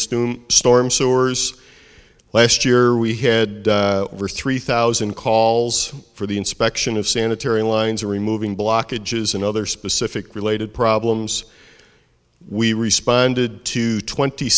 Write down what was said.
storm storm sewers last year we had over three thousand calls for the inspection of sanitary lines removing blockages and other specific related problems we responded to twenty